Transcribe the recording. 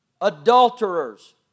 adulterers